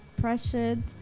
pressured